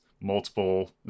multiple